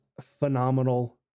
phenomenal